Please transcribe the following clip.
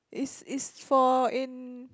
is is for in